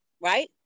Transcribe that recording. right